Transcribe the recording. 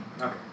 Okay